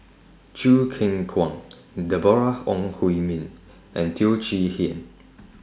Choo Keng Kwang Deborah Ong Hui Min and Teo Chee Hean